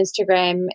Instagram